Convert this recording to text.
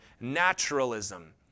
naturalism